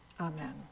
Amen